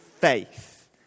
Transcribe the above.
faith